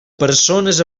persones